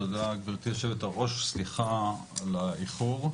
תודה גבירתי יושבת הראש, סליחה על האיחור.